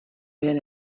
men